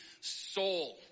soul